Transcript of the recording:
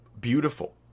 beautiful